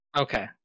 Okay